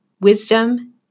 wisdom